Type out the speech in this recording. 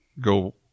go